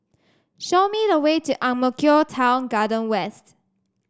show me the way to Ang Mo Kio Town Garden West